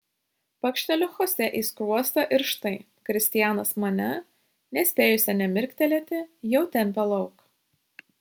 pakšteliu chosė į skruostą ir štai kristianas mane nespėjusią nė mirktelėti jau tempia lauk